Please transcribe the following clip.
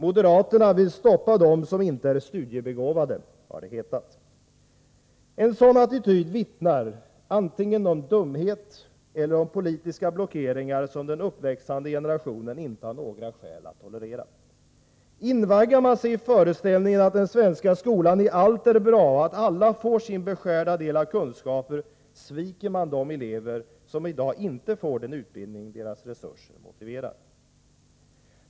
Moderaterna vill stoppa dem som inte är studiebegåvade, har det hetat. En sådan attityd vittnar antingen om dumhet eller om politiska blockeringar som den uppväxande generationen inte har några skäl att tolerera. Invaggar man sig i föreställningen att den svenska skolan i allt är bra och att alla får sin beskärda del av kunskaper, sviker man de elever som i dag inte får den utbildning deras resurser motiverar.